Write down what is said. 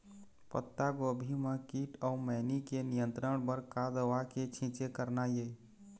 पत्तागोभी म कीट अऊ मैनी के नियंत्रण बर का दवा के छींचे करना ये?